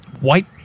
white